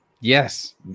Yes